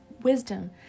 wisdom